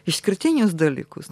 išskirtinius dalykus